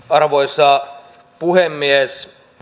arvoisa puhemies